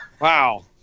Wow